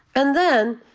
and then,